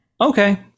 Okay